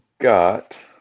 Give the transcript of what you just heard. got